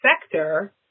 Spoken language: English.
sector